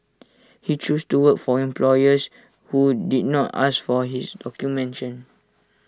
he chose to work for employers who did not ask for his documentation